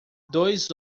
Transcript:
dois